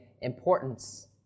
importance